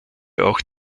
auch